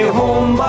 home